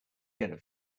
going